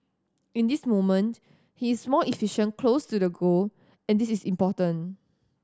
in this moment he is more efficient close to the goal and this is important